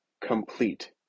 complete